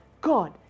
God